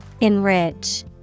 enrich